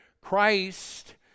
Christ